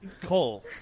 Cole